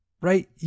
right